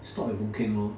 stop at boon keng lor